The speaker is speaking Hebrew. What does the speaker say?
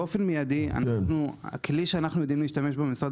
באופן מיידי הכלי שאנחנו יודעים להשתמש בו במשרד